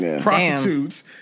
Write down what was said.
prostitutes